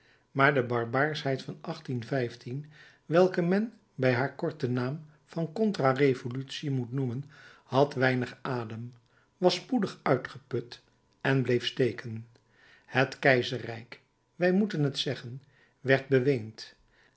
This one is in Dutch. maar de barbaarschheid van welke men bij haar korten naam van contra revolutie moet noemen had weinig adem was spoedig uitgeput en bleef steken het keizerrijk wij moeten het zeggen werd beweend